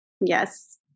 Yes